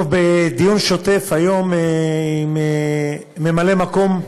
בדיון שוטף היום עם ממלא-מקום,